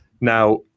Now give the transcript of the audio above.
Now